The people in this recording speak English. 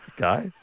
Okay